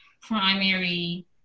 Primary